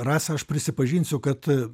rasa aš prisipažinsiu kad